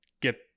get